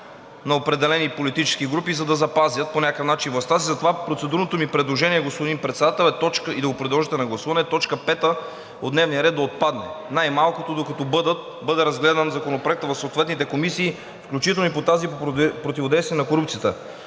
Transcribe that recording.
на определени политически групи, за да запазят по някакъв начин властта си. Затова процедурното ми предложение, господин Председател, е да го подложите на гласуване, точка 5 от дневния ред да отпадне, най-малкото докато бъде разгледан Законопроектът в съответните комисии, включително и в тази за противодействие на корупцията.